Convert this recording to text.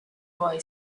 boy